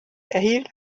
erhielt